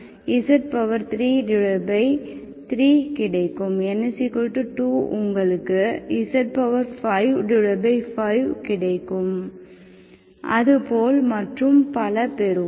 n2 உங்களுக்கு z55கிடைக்கும் அதுபோல் மற்றும் பல பெறுவோம்